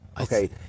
okay